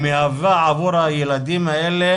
מהווה עבור הילדים האלה,